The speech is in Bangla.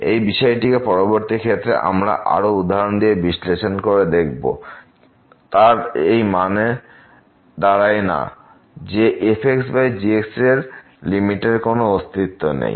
এই বিষয়টিকে পরবর্তী ক্ষেত্রে আমরা আরো উদাহরণ দিয়ে বিশ্লেষণ করে দেখব কিন্তু তার এই মানে দাঁড়ায় না যে f g এর লিমিটের কোন অস্তিত্ব নেই